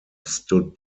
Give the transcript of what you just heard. stood